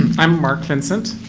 i'm mark vincent.